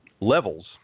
levels